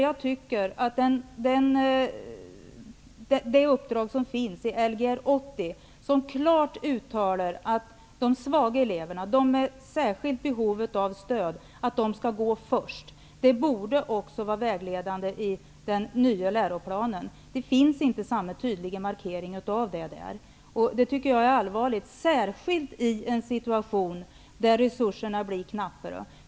Jag tycker att det uppdrag som finns i Lgr 80 klart utsäger att de svaga eleverna, de med särskilt behov av stöd, borde gå först. Det borde vara vägledande också i den nya läroplanen. Där finns inte samma tydliga markering av detta. Det är allvarligt, särskilt i en situation där resurserna blir knappare.